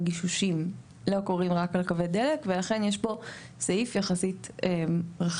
גישושים לא קורים רק לקווי דלק ולכן יש פה סעיף יחסית רחב,